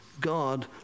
God